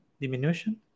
diminution